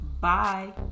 Bye